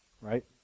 right